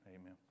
Amen